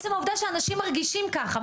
עצם העובדה שאנשים מרגישים ככה,